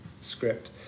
script